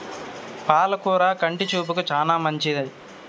పాల కూర కంటి చూపుకు చానా మంచిది